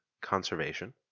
conservation